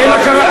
אין הכרה.